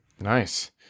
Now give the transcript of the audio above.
Nice